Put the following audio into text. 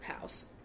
house